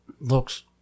looks